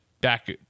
back